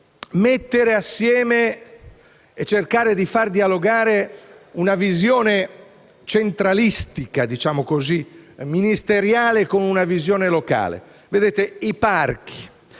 mettere assieme e cercare di far dialogare una visione centralistica, ministeriale, con una visione locale: i parchi,